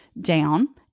down